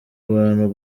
abantu